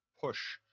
push